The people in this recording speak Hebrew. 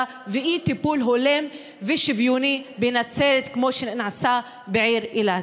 ומאי-טיפול הולם ושוויוני בנצרת כמו שנעשה בעיר אילת.